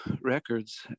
records